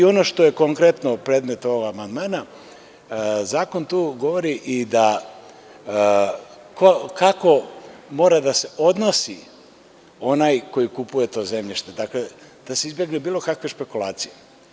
Ono što je konkretno predmet ovog amandmana, zakon tu govori i kako mora da se odnosi onaj koji kupuje to zemljište, dakle, da se izbegnu bilo kakve špekulacije.